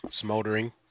smoldering